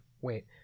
Wait